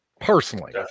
Personally